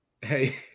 Hey